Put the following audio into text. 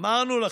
אמרנו לכם.